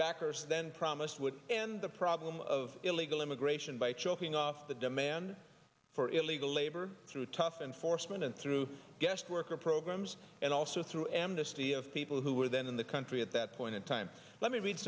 backers then promised would end the problem of illegal immigration by choking off the demand for illegal labor through tough enforcement and through guest worker programs and also through amnesty of people who were then in the country at that point in time let me read